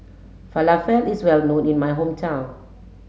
Falafel is well known in my hometown